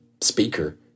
Speaker